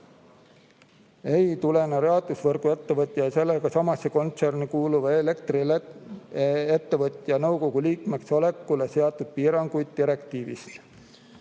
ei tulene jaotusvõrguettevõtja ja sellega samasse kontserni kuuluva elektriettevõtja nõukogu liikmeks olekule seatud piirangud direktiivist,